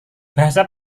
bahasa